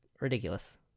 ridiculous